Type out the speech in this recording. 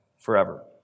forever